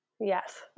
Yes